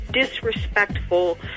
disrespectful